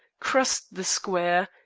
crossed the square,